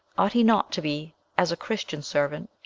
ought he not to be as a christian servant,